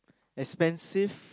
expensive